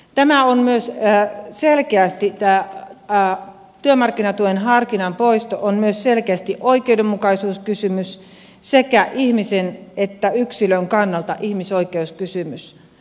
tämä on myös jää selkeästi ja pää työmarkkinatuen harkinnan poisto on myös selkeästi oikeudenmukaisuuskysymys sekä ihmisen että yksilön kannalta ihmisoikeuskysymys